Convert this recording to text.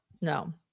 no